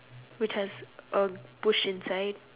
which has a bush inside